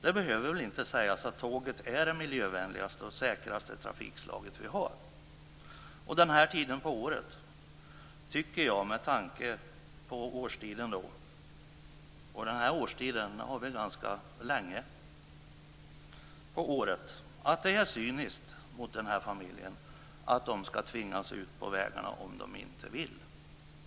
Det behöver väl inte sägas att tåget är det miljövänligaste och säkraste trafikslaget vi har. Jag tycker, med tanke på denna årstid som vi ju har ganska länge på året, att det är cyniskt mot den här familjen att de ska tvingas ut på vägarna om de inte vill.